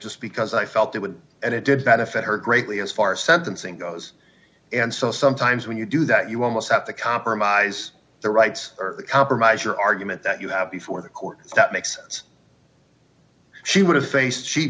just because i felt it would and it did benefit her greatly as far as sentencing goes and so sometimes when you do that you almost have to compromise the rights or compromise your argument that you have before the court that makes sense she would have faced she